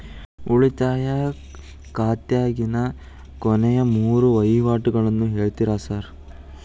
ಉಳಿತಾಯ ಖಾತ್ಯಾಗಿನ ಕೊನೆಯ ಮೂರು ವಹಿವಾಟುಗಳನ್ನ ಹೇಳ್ತೇರ ಸಾರ್?